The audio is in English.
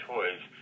Toys